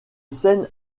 scène